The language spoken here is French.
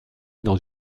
dans